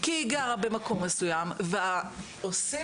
כי היא גרה במקום מסוים ולהגיד עושים